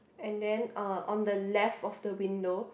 and then uh on the left of the window